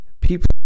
people